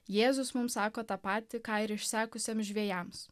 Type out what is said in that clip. jėzus mums sako tą patį ką ir išsekusiem žvejams